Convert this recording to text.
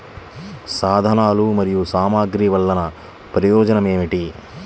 సాధనాలు మరియు సామగ్రి వల్లన ప్రయోజనం ఏమిటీ?